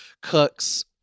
cooks